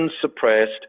suppressed